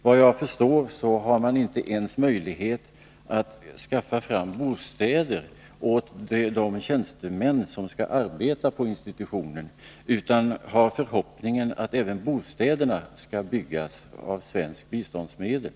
Vad jag förstår har man inte ens möjligheter att skaffa fram bostäder åt de tjänstemän som skall arbeta på institutet, utan har förhoppningen att även bostäderna skall byggas av svenska biståndsmedel.